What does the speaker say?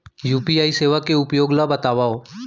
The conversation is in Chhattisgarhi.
यू.पी.आई सेवा के उपयोग ल बतावव?